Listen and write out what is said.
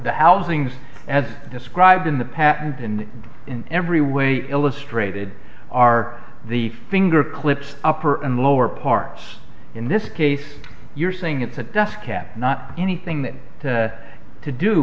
the housings as described in the patent and in every way illustrated are the finger clips upper and lower parts in this case you're saying it's a desk not anything that to do